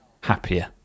happier